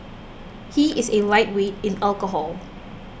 he is a lightweight in alcohol